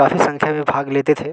काफ़ी संख्या में भाग लेते थे